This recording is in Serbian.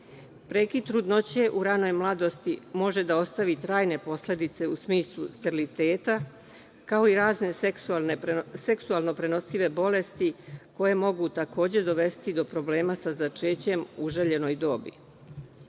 Prekid trudnoće u ranoj mladosti može da ostavi trajne posledice u smislu steriliteta, kao i razne seksualno prenosive bolesti koje mogu takođe dovesti do problema sa začećem u željenoj dobi. Da